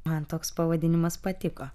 man toks pavadinimas patiko